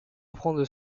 reprendre